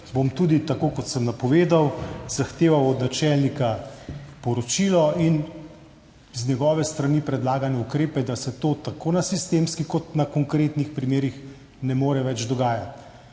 bom tudi, tako kot sem napovedal, zahteval od načelnika poročilo in z njegove strani predlagane ukrepe, da se to tako na sistemski kot na konkretnih primerih ne more več dogajati.